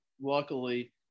luckily